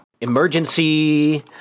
Emergency